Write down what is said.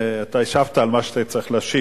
אתה השבת על מה שהיית צריך להשיב.